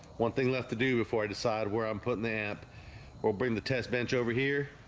one thing left to do before i decide where i'm putting the amp we'll bring the test bench over here